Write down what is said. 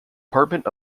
department